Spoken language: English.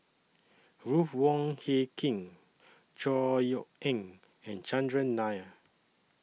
Ruth Wong Hie King Chor Yeok Eng and Chandran Nair